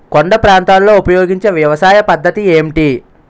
కొండ ప్రాంతాల్లో ఉపయోగించే వ్యవసాయ పద్ధతి ఏంటి?